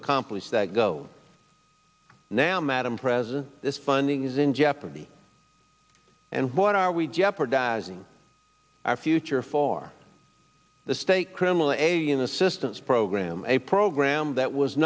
accomplish that go now madam president this funding is in jeopardy and what are we jeopardizing our future for the state criminal a in the system's program a program that was